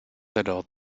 alors